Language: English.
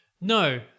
No